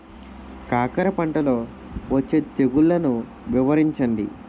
కాకర పంటలో వచ్చే తెగుళ్లను వివరించండి?